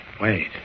Wait